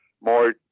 more